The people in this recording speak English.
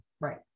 right